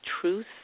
truth